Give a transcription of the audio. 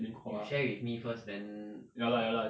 you share with me first then uh